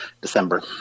december